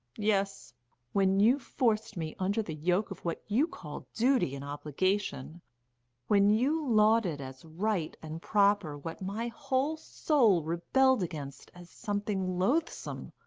yes when you forced me under the yoke of what you called duty and obligation when you lauded as right and proper what my whole soul rebelled against as something loathsome.